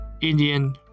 Indian